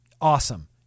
awesome